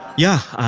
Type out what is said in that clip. yeah.